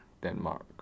Denmark